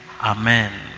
amen